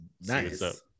Nice